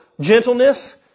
gentleness